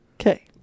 Okay